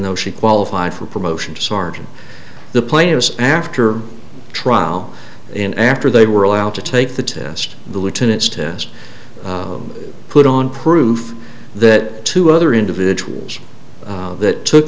though she qualified for promotion to sergeant the players after trial and after they were allowed to take the test the lieutenant's test put on proof that two other individuals that took